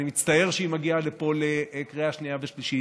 אני מצטער שהיא מגיעה לפה לקריאה שנייה ושלישית.